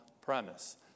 premise